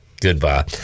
goodbye